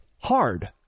hard